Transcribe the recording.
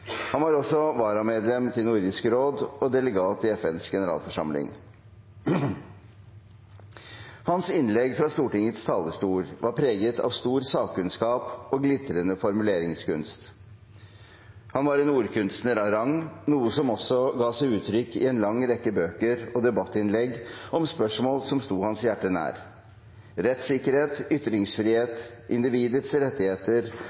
Han var også varamedlem til Nordisk råd og delegat til FNs generalforsamling. Hans innlegg fra Stortingets talerstol var preget av stor sakkunnskap og glitrende formuleringskunst. Han var en ordkunstner av rang, noe som også ga seg uttrykk i en lang rekke bøker og debattinnlegg om spørsmål som sto hans hjerte nær: rettssikkerhet, ytringsfrihet, individets rettigheter